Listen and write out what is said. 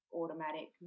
automatic